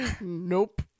Nope